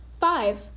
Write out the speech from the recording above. Five